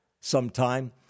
sometime